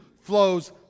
flows